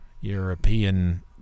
European